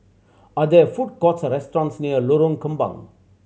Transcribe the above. are there food courts or restaurants near Lorong Kembang